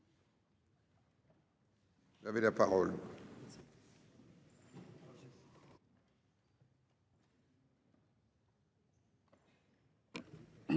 Merci,